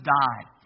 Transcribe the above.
died